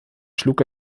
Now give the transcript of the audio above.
schlug